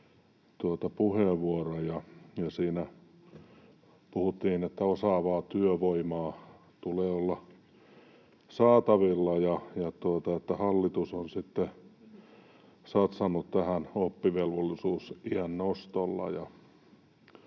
puheenvuoron, ja siinä puhuttiin, että osaavaa työvoimaa tulee olla saatavilla ja että hallitus on sitten satsannut tähän oppivelvollisuusiän nostolla.